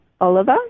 Oliver